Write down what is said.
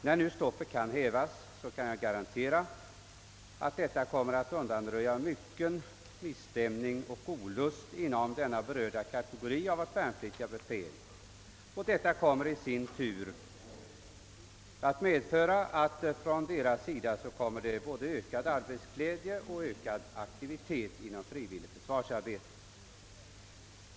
När nu stoppet hävs, kan jag garantera att detta kommer att undanröja mycken misstämning och olust inom den berörda kategorien av vårt värnpliktiga befäl, vilket i sin tur kommer att medföra ökad arbetsglädje och ökad aktivitet från deras sida inom frivilligt försvarsarbete.